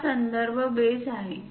हा संदर्भ बेस आहे